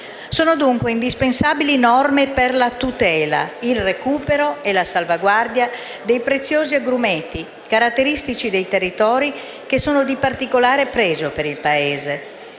Sono dunque indispensabili norme per la tutela, il recupero e la salvaguardia dei preziosi agrumeti caratteristici dei territori che sono di particolare pregio per il Paese.